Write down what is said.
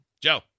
Joe